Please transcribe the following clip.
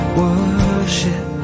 worship